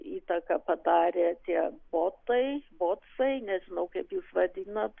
įtaką padarė tie botai botsai nežinau kaip jūs vadinat